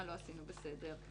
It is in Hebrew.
מה לא עשינו בסדר.